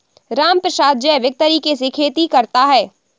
रामप्रसाद जैविक तरीके से खेती करता है